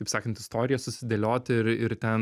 taip sakant istoriją susidėlioti ir ir ten